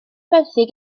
benthyg